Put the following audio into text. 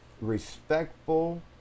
respectful